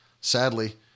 Sadly